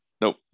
Nope